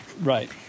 Right